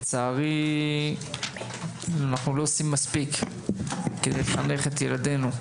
לצערי, אנחנו לא עושים מספיק כדי לחנך את ילדינו.